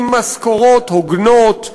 עם משכורות הוגנות,